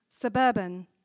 suburban